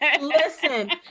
Listen